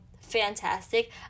fantastic